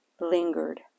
lingered